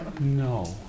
No